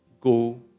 go